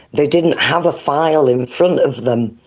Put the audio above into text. they didn't have a file in front of them,